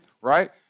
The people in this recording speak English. right